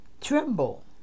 tremble